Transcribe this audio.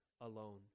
alone